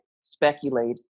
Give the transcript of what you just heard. speculate